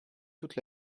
toute